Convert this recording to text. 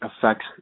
affects